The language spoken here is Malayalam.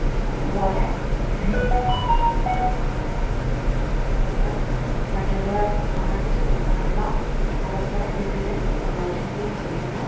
അത്പോലെ അന്യം നിന്നുപോയ നാണയങ്ങൾ മറ്റുള്ളവർക്ക് കാണിച്ച് കൊടുക്കാനുള്ള അവസരം കിട്ടിയതിൽ സന്തോഷിക്കുകയും ചെയ്യുന്നു